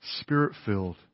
Spirit-filled